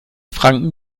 franken